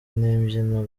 n’imbyino